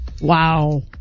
Wow